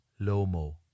Lomo